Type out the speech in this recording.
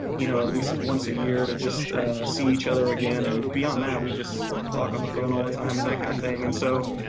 you know, at least once a year to just see each other again, and beyond that, we just talk on the phone all the time and that kind of thing and so,